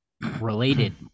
related